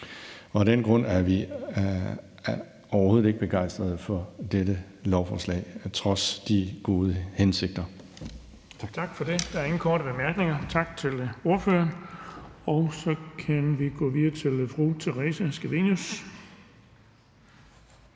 Af den grund er vi overhovedet ikke begejstret for dette lovforslag trods de gode hensigter.